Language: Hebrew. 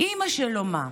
אימא שלו מה?